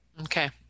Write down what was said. Okay